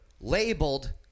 labeled